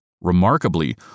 Remarkably